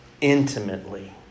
intimately